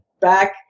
Back